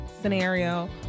scenario